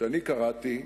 שאני קראתי,